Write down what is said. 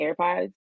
AirPods